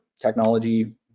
technology